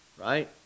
right